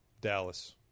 Dallas